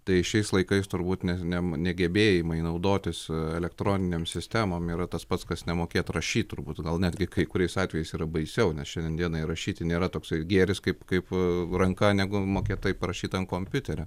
tai šiais laikais turbūt ne ne negebėjimai naudotis elektroninėm sistemom yra tas pats kas nemokėt rašyt turbūt gal netgi kai kuriais atvejais yra baisiau nes šiandien dienai rašyti nėra toksai gėris kaip kai po ranka negu mokėti parašyt ant kompiuterio